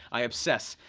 i obsess.